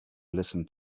listen